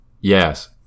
Yes